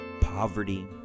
poverty